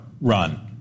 run